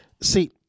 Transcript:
See